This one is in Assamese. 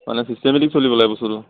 মানে চিষ্টেমেটিক চলিব লাগে বস্তুটো